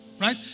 Right